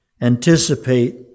anticipate